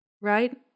Right